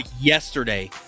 Yesterday